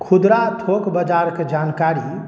खुदरा थोक बाजारके जानकारी